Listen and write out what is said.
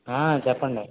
చెప్పండి